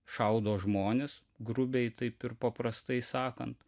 šaudo žmones grubiai taip ir paprastai sakant